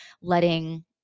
letting